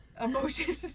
Emotion